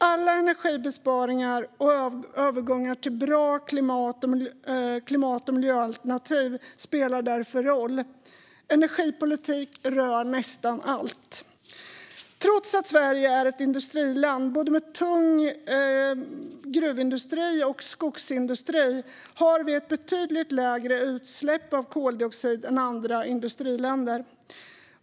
Alla energibesparingar och övergångar till bra klimat och miljöalternativ spelar därför roll. Energipolitik rör nästan allt. Trots att Sverige är ett industriland, med både tung gruvindustri och skogsindustri, har vi betydligt lägre utsläpp av koldioxid än andra industriländer.